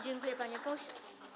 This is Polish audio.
Dziękuję, panie pośle.